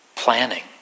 planning